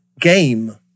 game